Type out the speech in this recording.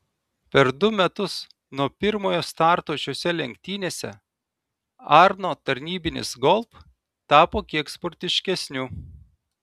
per du metus nuo pirmojo starto šiose lenktynėse arno tarnybinis golf tapo kiek sportiškesniu